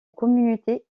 communauté